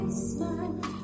smile